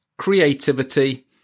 creativity